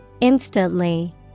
Instantly